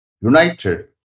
united